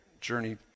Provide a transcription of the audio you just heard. Journey